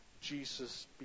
Jesus